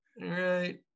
right